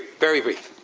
very brief.